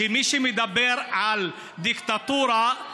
ומי שמדבר על דיקטטורה,